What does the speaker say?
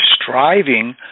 striving